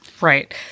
right